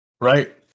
Right